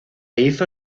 hizo